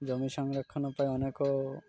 ଜମି ସଂରକ୍ଷଣ ପାଇଁ ଅନେକ